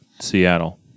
Seattle